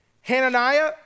Hananiah